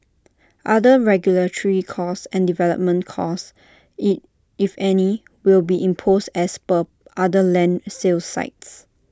other regulatory costs and development costs if if any will be imposed as per other land sales sites